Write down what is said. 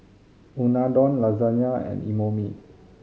Unadon Lasagne and Imoni